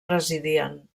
residien